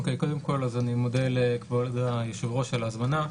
טוב קודם כל אני מודה ליושב ראש על ההזמנה,